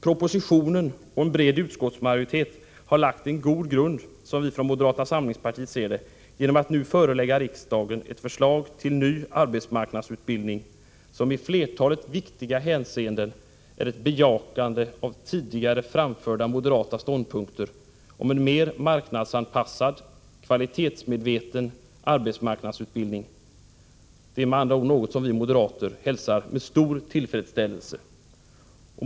Propositionen och en bred utskottsmajoritet har emellertid, som vi i moderata samlingspartiet ser det, lagt en god grund genom att nu presentera riksdagen ett förslag till ny arbetsmarknadsutbildning som i flertalet viktiga hänseenden är ett bejakande av tidigare framförda moderata ståndpunkter om en mer marknadsanpassad, kvalitetsmedveten arbetsmarknadsutbildning — något som vi moderater hälsar med stor tillfredsställelse.